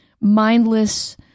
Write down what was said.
mindless